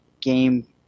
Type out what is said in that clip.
game